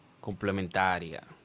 complementaria